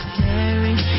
Staring